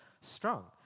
strong